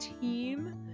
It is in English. team